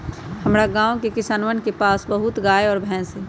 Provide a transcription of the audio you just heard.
हमरा गाँव के किसानवन के पास बहुत गाय और भैंस हई